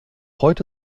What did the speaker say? heute